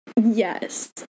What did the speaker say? yes